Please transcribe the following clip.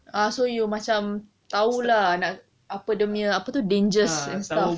ah so you macam tahu lah apa dia punya dangers and stuff